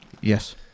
yes